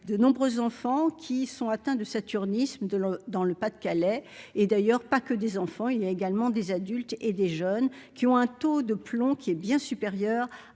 de nombreux enfants qui sont atteints de saturnisme de l'eau dans le Pas-de-Calais et d'ailleurs pas que des enfants, il y a également des adultes et des jeunes qui ont un taux de plomb qui est bien supérieur